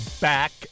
back